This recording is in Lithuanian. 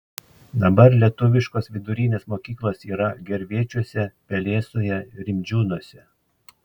dabar lietuviškos vidurinės mokyklos yra gervėčiuose pelesoje rimdžiūnuose